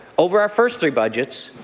over our first three budgets,